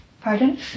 Pardon